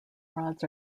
rods